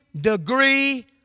degree